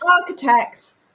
Architects